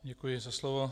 Děkuji za slovo.